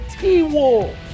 T-Wolves